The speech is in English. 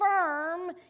firm